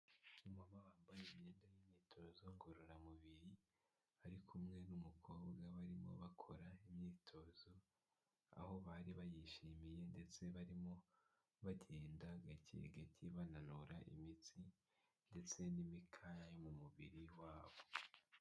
Umumama wambaye imyenda y'imyitozo ngororamubiri ari kumwe n'umukobwa barimo bakora imyitozo aho bari bayishimiye ndetse barimo bagenda gake gake bananura imitsi ndetse n'imikaya yo mu mubiri wabo